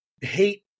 hate